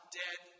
dead